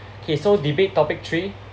K so debate topic three